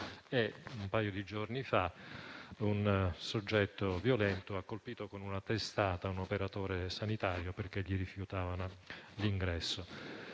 un paio di giorni fa un soggetto violento ha colpito con una testata un operatore sanitario perché gli rifiutava l'ingresso.